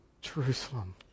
Jerusalem